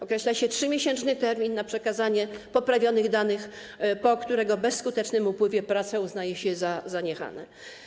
Określa się 3-miesięczny termin na przekazanie poprawionych danych, po którego bezskutecznym upływie prace uznaje się za zaniechane.